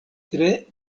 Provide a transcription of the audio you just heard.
tre